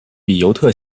比尤特